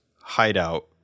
Hideout